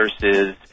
versus